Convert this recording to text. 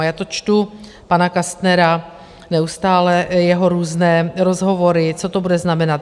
A já to čtu, pana Kastnera neustále, jeho různé rozhovory, co to bude znamenat.